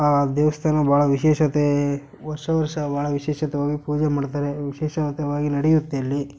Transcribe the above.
ಆ ದೇವಸ್ಥಾನ ಭಾಳ ವಿಶೇಷತೆ ವರ್ಷ ವರ್ಷ ಭಾಳ ವಿಶೇಷವಾಗಿ ಪೂಜೆ ಮಾಡ್ತಾರೆ ವಿಶೇಷವಾಗಿ ನಡೆಯುತ್ತೆ ಅಲ್ಲಿ